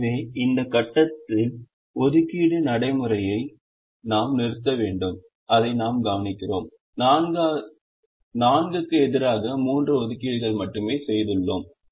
எனவே இந்த கட்டத்தில் ஒதுக்கீட்டு நடைமுறையை நாம் நிறுத்த வேண்டும் அதை நாம் கவனிக்கிறோம் 4 க்கு எதிராக 3 ஒதுக்கீடுகளை மட்டுமே செய்துள்ளோம்